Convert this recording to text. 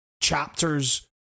chapters